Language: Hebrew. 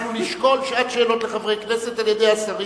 אנחנו נשקול שעת שאלות לחברי הכנסת על-ידי השרים,